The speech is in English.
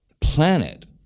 planet